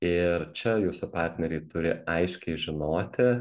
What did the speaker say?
ir čia jūsų partneriai turi aiškiai žinoti